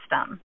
system